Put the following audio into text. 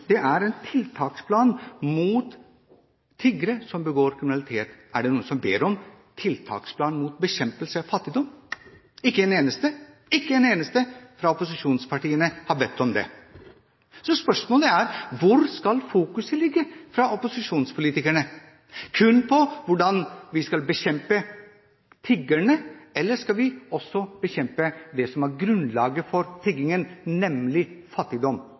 om, er en tiltaksplan mot tiggere som begår kriminalitet. Er det noen som ber om tiltaksplan mot bekjempelse av fattigdom? Ikke en eneste – ikke en eneste fra opposisjonspartiene har bedt om det. Så spørsmålet er: Hvor skal fokuset ligge fra opposisjonspolitikerne? Kun på hvordan vi skal bekjempe tiggerne? Eller skal vi også bekjempe det som er grunnlaget for tiggingen, nemlig fattigdom?